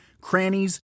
crannies